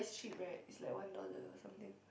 cheap right it's like one dollar or something